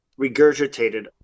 regurgitated